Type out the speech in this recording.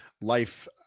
life